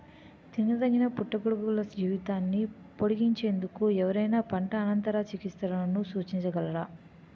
తినదగిన పుట్టగొడుగుల జీవితాన్ని పొడిగించేందుకు ఎవరైనా పంట అనంతర చికిత్సలను సూచించగలరా?